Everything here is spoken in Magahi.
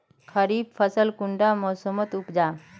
खरीफ फसल कुंडा मोसमोत उपजाम?